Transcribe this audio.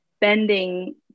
bending